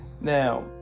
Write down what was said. Now